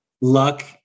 luck